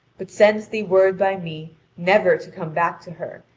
but sends thee word by me never to come back to her,